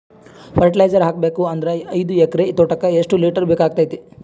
Fertiliser ಹಾಕಬೇಕು ಅಂದ್ರ ಐದು ಎಕರೆ ತೋಟಕ ಎಷ್ಟ ಲೀಟರ್ ಬೇಕಾಗತೈತಿ?